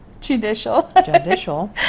Judicial